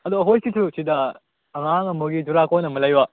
ꯑꯗꯣ ꯑꯩꯈꯣꯏꯒꯤꯁꯨ ꯁꯤꯗ ꯑꯉꯥꯡ ꯑꯃꯒꯤ ꯆꯨꯔꯥ ꯀꯣꯔꯣꯟ ꯑꯃ ꯂꯩꯕ